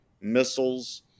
missiles